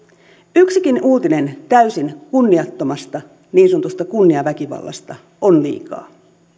yksikin uutinen täysin kunniattomasta niin sanotusta kunniaväkivallasta on liikaa